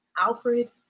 Alfred